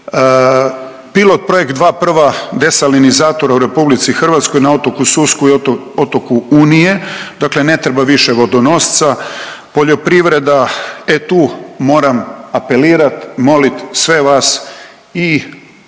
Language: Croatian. pilot projekt dva prva desalinizatora u RH na otoku Susku i otoku Unije, dakle ne treba više vodonosca. Poljoprivreda, e tu moram apelirat molit sve vas i